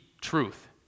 truth